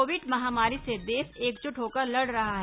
Covid महामारी से देश एकजुट होकर लड़ रहा है